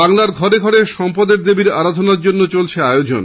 বাংলার ঘরে ঘরে সম্পদের দেবীর আরাধনার জন্য চলছে আয়োজন